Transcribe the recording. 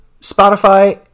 Spotify